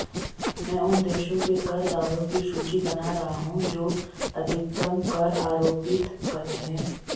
मैं उन देशों के कर दरों की सूची बना रहा हूं जो अधिकतम कर आरोपित करते हैं